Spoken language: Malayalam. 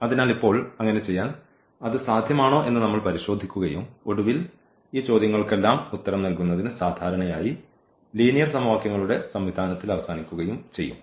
അതിനാൽ ഇപ്പോൾ അങ്ങനെ ചെയ്യാൻ അത് സാധ്യമാണോ എന്ന് നമ്മൾ പരിശോധിക്കുകയും ഒടുവിൽ ഈ ചോദ്യങ്ങൾക്കെല്ലാം ഉത്തരം നൽകുന്നതിന് സാധാരണയായി ലീനിയർ സമവാക്യങ്ങളുടെ സംവിധാനത്തിൽ അവസാനിക്കുകയും ചെയ്യും